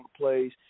plays